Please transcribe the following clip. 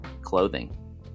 clothing